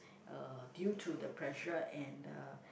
uh due to the pressure and uh